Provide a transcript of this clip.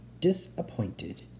Disappointed